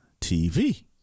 TV